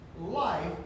life